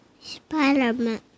Spider-Man